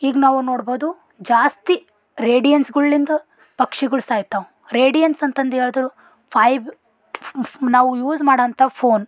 ಈಗ ನಾವು ನೋಡ್ಬೋದು ಜಾಸ್ತಿ ರೇಡಿಯನ್ಸ್ಗಳಿಂದ ಪಕ್ಷಿಗಳು ಸಾಯ್ತಾವೆ ರೇಡಿಯನ್ಸ್ ಅಂತಂದೇಳ್ದರೆ ಫೈಬ್ ಫ್ ಫ್ ನಾವು ಯೂಸ್ ಮಾಡುವಂಥ ಫೋನ್